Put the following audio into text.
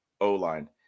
O-line